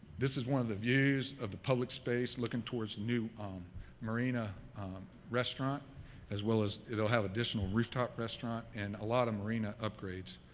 this is one of the views of the public space looking towards new marina restaurant as well as it will have additional roof type restaurant and a lot of marina upgrades.